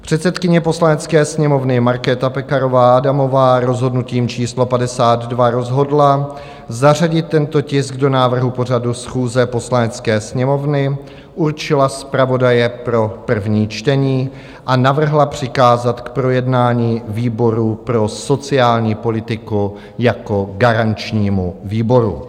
Předsedkyně Poslanecké sněmovny Markéta Pekarová Adamová rozhodnutím číslo 52 rozhodla zařadit tento tisk do návrhu pořadu schůze Poslanecké sněmovny, určila zpravodaje pro první čtení a navrhla přikázat k projednání výboru pro sociální politiku jako garančnímu výboru.